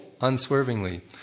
unswervingly